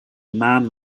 man